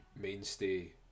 mainstay